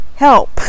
help